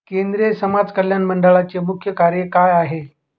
केंद्रिय समाज कल्याण मंडळाचे मुख्य कार्य काय आहे?